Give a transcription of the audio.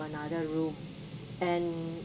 another room and